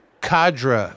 cadre